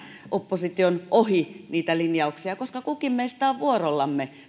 opposition ohi niitä linjauksia koska kukin meistä on vuorollaan